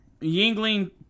Yingling